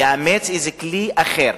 יאמץ כלי אחר.